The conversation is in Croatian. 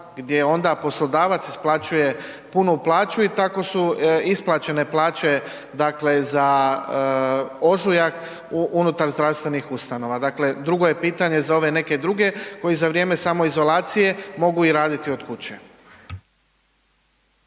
gdje onda poslodavac isplaćuje punu plaću i tako su isplaćene plaće, dakle za ožujak unutar zdravstvenih ustanova. Dakle, drugo je pitanje za ove neke druge koji za vrijeme samoizolacije mogu i raditi od kuće.